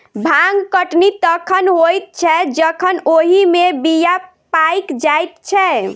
भांग कटनी तखन होइत छै जखन ओहि मे बीया पाइक जाइत छै